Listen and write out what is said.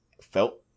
felt